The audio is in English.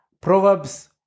Proverbs